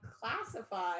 classify